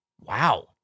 Wow